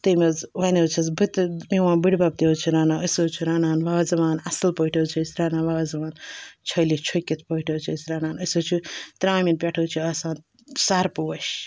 تٔمۍ حظ وۄنۍ حظ چھس بہٕ تہِ میون بٔڈِ بَب تہِ حظ چھِ رَنان أسۍ حظ چھِ رَنان وازوان اَصٕل پٲٹھۍ حظ چھِ أسۍ رَنان وازوان چھٔلِتھ چھوٚکِتھ پٲٹھۍ حظ چھِ أسۍ رَنان أسۍ حظ چھِ ترٛامٮ۪ن پٮ۪ٹھ حظ چھِ آسان سَرپوش